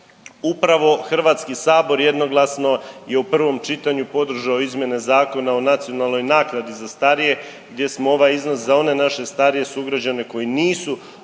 Upravo Hrvatski sabor jednoglasno je u prvom čitanju podržao Izmjene Zakona o nacionalnoj naknadi za starije gdje smo ovaj iznos za one naše starije sugrađane koji nisu osigurali